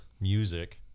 music